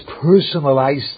personalized